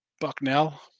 Bucknell